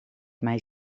mijn